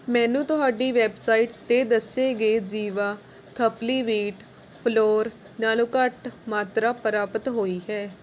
ਮੈਨੂੰ ਤੁਹਾਡੀ ਵੈੱਬਸਾਈਟ 'ਤੇ ਦੱਸੇ ਗਏ ਜੀਵਾ ਖਪਲੀ ਵੀਟ ਫਲੌਰ ਨਾਲੋਂ ਘੱਟ ਮਾਤਰਾ ਪ੍ਰਾਪਤ ਹੋਈ ਹੈ